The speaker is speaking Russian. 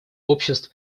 обществ